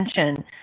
attention